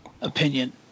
opinion